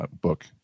book